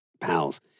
pals